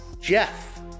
Jeff